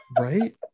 Right